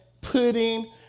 pudding